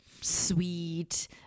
sweet